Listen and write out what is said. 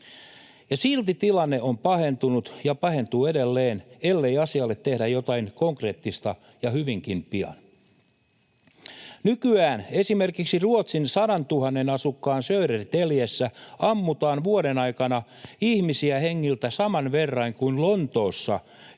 silti tilanne on pahentunut ja pahentuu edelleen, ellei asialle tehdä jotain konkreettista ja hyvinkin pian. Nykyään esimerkiksi Ruotsin 100 000 asukkaan Södertäljessä ammutaan vuoden aikana ihmisiä hengiltä saman verran kuin Lontoossa,